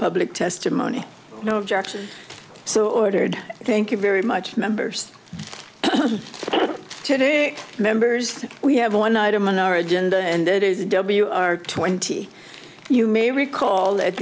public testimony no objection so ordered thank you very much members today members we have one item on our agenda and it is w r twenty you may recall